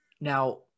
Now